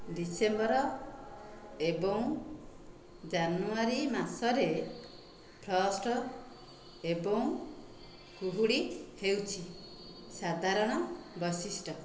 December ଏବଂ ଜାନୁଆରୀ ମାସରେ ଫ୍ରଷ୍ଟ ଏବଂ କୁହୁଡି ହେଉଛି ସାଧାରଣ ବୈଶିଷ୍ଟ୍ୟ